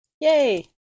Yay